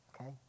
Okay